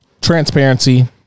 transparency